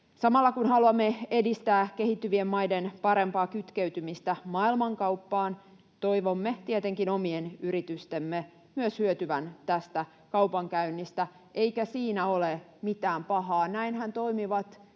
Samalla kun haluamme edistää kehittyvien maiden parempaa kytkeytymistä maailmankauppaan, toivomme tietenkin omien yritystemme myös hyötyvän tästä kaupankäynnistä. Eikä siinä ole mitään pahaa, näinhän toimivat